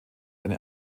eine